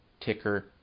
ticker